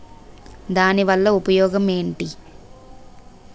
దాని వల్ల ఉపయోగం ఎంటి?